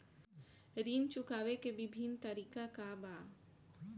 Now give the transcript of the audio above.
ऋण चुकावे के विभिन्न तरीका का बा?